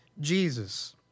Jesus